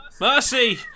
Mercy